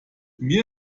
mir